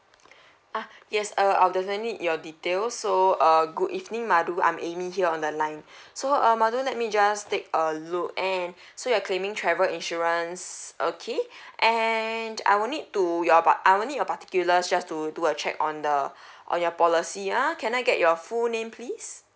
uh yes err I'll definitely need your details so uh good evening madu I'm amy here on the line so um madu let me just take a look and so you are claiming travel insurance okay and I will need to your but I will need your particulars just to do a check on the uh on your policy ya can I get your full name please